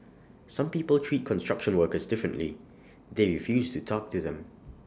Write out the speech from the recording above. some people treat construction workers differently they refuse to talk to them